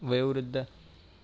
वयोवृद्ध